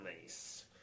Nice